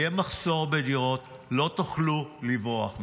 יהיה מחסור בדירות, לא תוכלו לברוח מזה.